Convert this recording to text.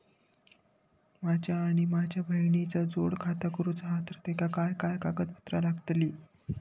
माझा आणि माझ्या बहिणीचा जोड खाता करूचा हा तर तेका काय काय कागदपत्र लागतली?